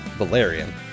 Valerian